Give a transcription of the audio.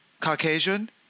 Caucasian